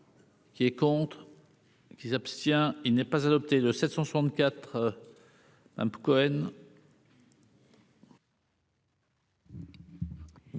Qui est contre. Qui s'abstient, il n'est pas adopté de 764 un